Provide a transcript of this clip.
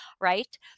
right